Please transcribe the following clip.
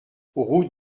route